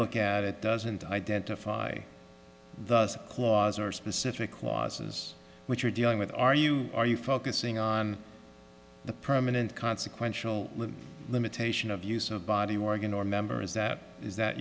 look at it doesn't identify the flaws or specific causes which you're dealing with are you are you focusing on the permanent consequential limitation of use of body organ or member is that is that